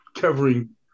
covering